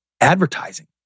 advertising